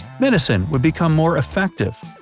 medicine would become more effective.